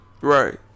Right